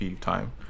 time